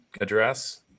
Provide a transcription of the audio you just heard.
address